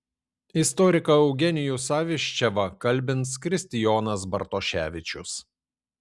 istoriką eugenijų saviščevą kalbins kristijonas bartoševičius